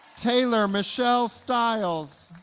taylor michelle styles